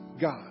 God